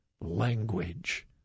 language